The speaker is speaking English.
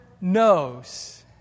knows